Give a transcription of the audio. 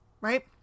right